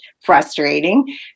frustrating